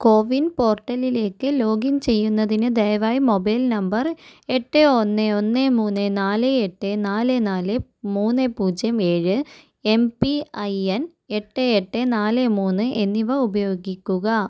കോ win പോർട്ടലിലേക്ക് login ചെയ്യുന്നതിന് ദയവായി മൊബൈൽ നമ്പർ എട്ട് ഒന്ന് ഒന്ന് മൂന്ന് നാല് എട്ട് നാല് നാല് മൂന്ന് പൂജ്യം ഏഴ് എം പി ഐ എൻ എട്ട് എട്ട് നാല് മൂന്ന് എന്നിവ ഉപയോഗിക്കുക